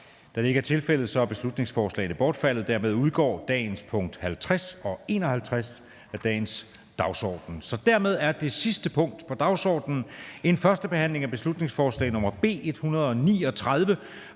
Da det ikke er tilfældet, er beslutningsforslagene bortfaldet. Dermed udgår dagsordenens punkt nr. 50 og 51 af dagens dagsorden. --- Det næste punkt på dagsordenen er: 49) 1. behandling af beslutningsforslag nr. B 139: